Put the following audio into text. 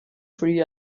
three